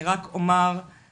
אני רק אומר משפט